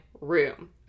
room